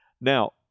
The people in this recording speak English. Now